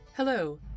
Hello